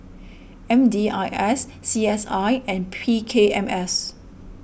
M D I S C S I and P K M S